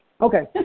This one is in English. Okay